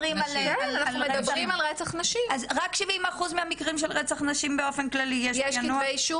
אז רק 70 אחוז מהמקרים של רצח נשים באופן כללי יש פענוח?